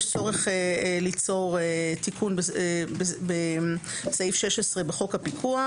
יש צורך ליצור תיקון בסעיף 16 בחוק הפיקוח